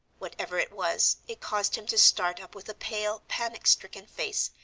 whatever it was it caused him to start up with a pale, panic-stricken face,